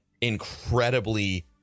incredibly